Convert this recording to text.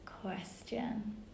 question